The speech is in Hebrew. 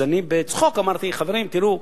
אז אני, בצחוק, אמרתי: חברים, תראו,